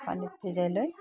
পানীত ভিজাই লৈ